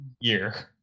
year